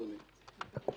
אדוני,